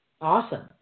Awesome